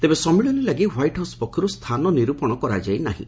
ତେବେ ସମ୍ପିଳନୀ ଲାଗି ହ୍ପାଇଟ ହାଉସ ପକ୍ଷରୁ ସ୍ଥାନ ନିରୂପଣ କରାଯାଇନାହିଁ